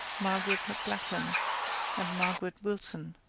margaret maclachlin and margaret wilson,